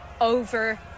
over